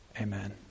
Amen